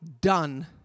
done